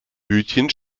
hütchen